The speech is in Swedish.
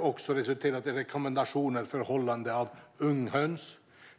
och i rekommendationer för hållande av unghöns.